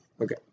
Okay